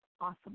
awesome